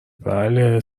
بله